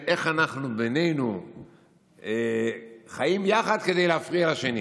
איך אנחנו בינינו חיים יחד כדי להפריע לשני.